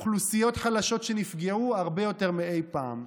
עם אוכלוסיות חלשות שנפגעו הרבה יותר מאי פעם.